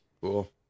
Cool